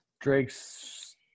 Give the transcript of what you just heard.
Drake's –